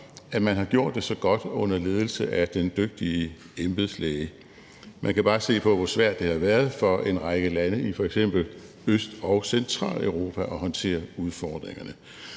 at man har gjort det så godt under ledelse af den dygtige embedslæge. Man kan bare se på, hvor svært det har været for en række lande i f.eks. Øst- og Centraleuropa at håndtere udfordringerne.